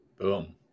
Boom